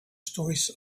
stories